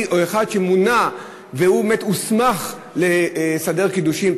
או אחד שמונה ובאמת הוסמך לסדר קידושין,